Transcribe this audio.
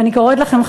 ואני קוראת לכם,